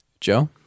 Joe